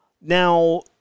Now